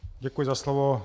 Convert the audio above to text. Děkuji za slovo.